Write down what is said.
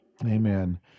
Amen